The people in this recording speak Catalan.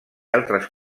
altres